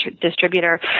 distributor